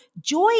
joy